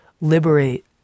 liberate